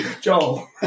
Joel